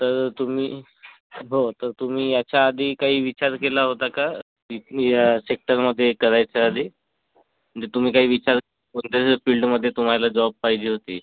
तर तुम्ही हो तर तुम्ही याच्या आधी काही विचार केला होता का की मी ह्या सेक्टरमध्ये करायच्या आधी म्हणजे तुम्ही काही विचार कोणत्या फील्डमध्ये तुम्हा ला जॉब पाहिजे होती